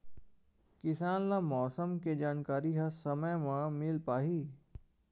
किसान ल मौसम के जानकारी ह समय म मिल पाही?